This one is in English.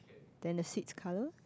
then the seat's colour